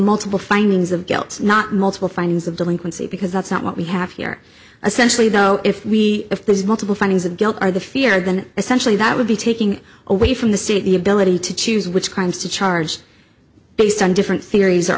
multiple findings of gets not multiple fines of delinquency because that's not what we have here especially though if we if there's multiple findings of guilt or the fear then essentially that would be taking away from the state the ability to choose which crimes to charge based on different theories